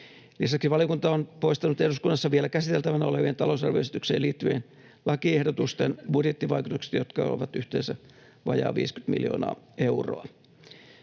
Lisäksi valiokunta on poistanut eduskunnassa vielä käsiteltävänä olevien, talousarvioesitykseen liittyvien lakiehdotusten budjettivaikutukset, jotka ovat yhteensä vajaat 50 miljoonaa euroa.